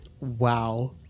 Wow